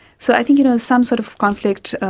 so i think, you know, some sort of conflict.